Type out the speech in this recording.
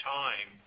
time